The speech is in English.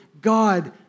God